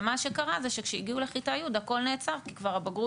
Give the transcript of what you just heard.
ומה שקרה זה שכשהגיעו לכיתה י' הכול נעצר כי כבר הבגרות